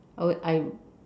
oh I